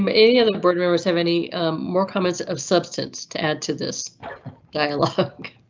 um any other board members have any more comments of substance to add to this dialogue?